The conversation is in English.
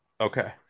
Okay